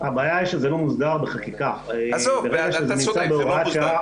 הבעיה היא שזה לא מוסדר בחקיקה אלא בהוראת שעה.